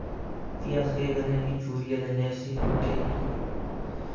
फ्ही अस केह् करने कि युरिआ दिन्ने उस्सी मक्कें गी